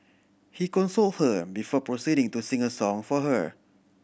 he consoled her before proceeding to sing a song for her